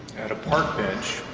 at a park bench.